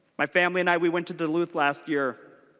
my family and i we went to duluth last year.